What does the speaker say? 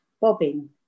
bobbing